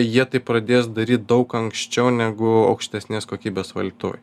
jie tai pradės daryt daug anksčiau negu aukštesnės kokybės valytuvai